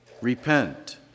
Repent